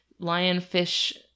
lionfish